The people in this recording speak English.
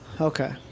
Okay